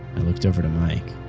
i looked over to mike.